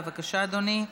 בבקשה, אדוני.